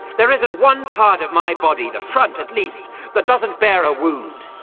there isn't one part of my body the front, at least that doesn't bear a wound.